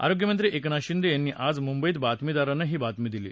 आरोग्यमंत्री एकनाथ शिंदे यांनी आज मुंबईत बातमीदारांना ही माहिती दिली